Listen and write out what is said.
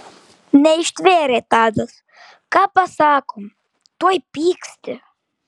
neištvėrė tadas ką pasakom tuoj pyksti